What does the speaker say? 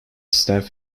staff